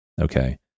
Okay